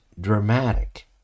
dramatic